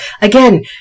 Again